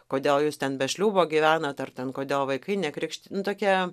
kodėl jūs ten be šliūbo gyvenat ar ten kodėl vaikai nekrikšty nu tokia